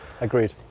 agreed